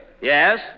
Yes